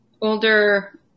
older